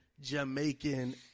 Jamaican